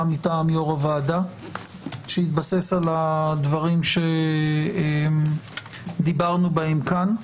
מטעם יו"ר הוועדה שיתבסס על הדברים שדיברנו בהם כאן.